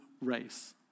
race